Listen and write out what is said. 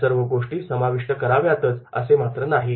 त्या सर्वच गोष्टी समाविष्ट कराव्यात असे मात्र नाही